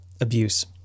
abuse